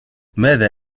ماذا